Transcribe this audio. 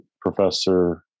professor